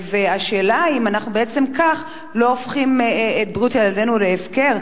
השאלה היא אם כך אנחנו בעצם לא הופכים את בריאות ילדינו להפקר,